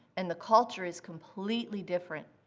and the culture is completely different.